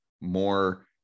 more